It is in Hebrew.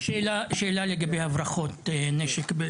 שאלה לגבי הברחות נשק.